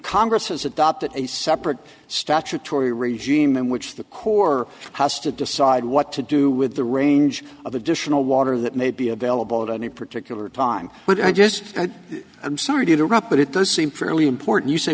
congress has adopted a separate statutory regime in which the corps has to decide what to do with the range of additional water that may be available at any particular time but i just i'm sorry to interrupt but it does seem fairly important you say